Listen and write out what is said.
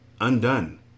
undone